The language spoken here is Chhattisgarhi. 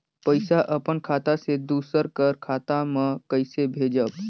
पइसा अपन खाता से दूसर कर खाता म कइसे भेजब?